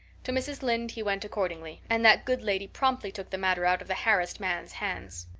to mrs. lynde he went accordingly, and that good lady promptly took the matter out of the harassed man's hands.